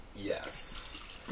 Yes